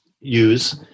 use